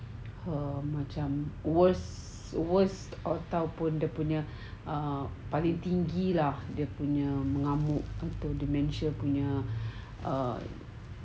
her macam worse or ataupun dia punya um paling tinggi lah dia punya mengamuk atau dementia punya err